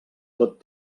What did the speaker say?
tot